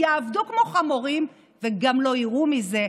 יעבדו כמו חמורים וגם לא יראו מזה,